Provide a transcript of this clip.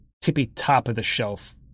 tippy-top-of-the-shelf